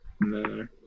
No